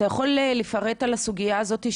אתה יכול לפרט על הסוגייה הזאת,